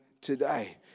today